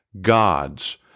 gods